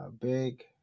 Big